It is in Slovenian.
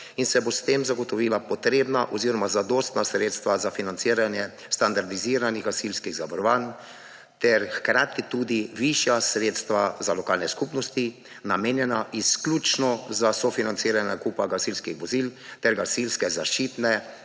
in se bodo s tem zagotovila potrebna oziroma zadostna sredstva za financiranje standardiziranih gasilskih zavarovanj ter hkrati tudi višja sredstva za lokalne skupnosti, namenjena izključno za sofinanciranje nakupa gasilskih vozil ter gasilske zaščitne